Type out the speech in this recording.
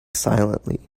silently